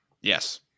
Yes